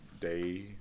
day